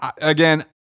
Again